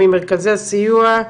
רוני ממרכזי הסיוע,